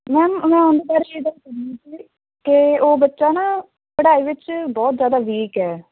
ma'am ਅਤੇ ਉਹ ਬੱਚਾ ਨਾ ਪੜ੍ਹਾਈ ਵਿੱਚ ਬਹੁਤ ਜ਼ਿਆਦਾ ਵੀਕ ਹੈ